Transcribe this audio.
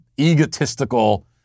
egotistical